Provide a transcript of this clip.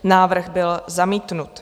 Návrh byl zamítnut.